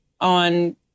on